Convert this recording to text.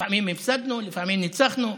לפעמים הפסדנו, לפעמים ניצחנו,